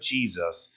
Jesus